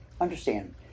understand